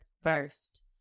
first